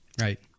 Right